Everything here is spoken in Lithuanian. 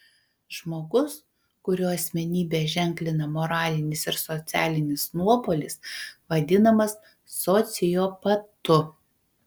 žmogus kurio asmenybę ženklina moralinis ir socialinis nuopolis vadinamas sociopatu